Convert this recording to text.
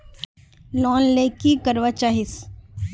Loan ले की करवा चाहीस?